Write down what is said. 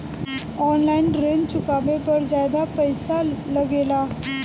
आन line ऋण चुकावे पर ज्यादा पईसा लगेला?